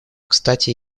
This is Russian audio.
кстати